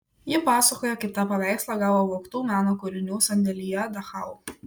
ji pasakoja kaip tą paveikslą gavo vogtų meno kūrinių sandėlyje dachau